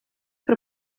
при